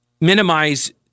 minimize